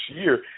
year